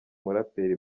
muraperi